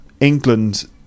england